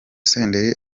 senderi